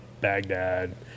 Baghdad